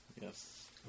Yes